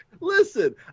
listen